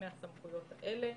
מהסמכויות האלו.